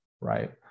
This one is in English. right